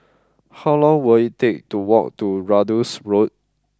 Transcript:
how long will it take to walk to Ratus Road